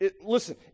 listen